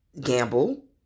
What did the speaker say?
gamble